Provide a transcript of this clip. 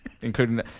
including